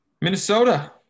Minnesota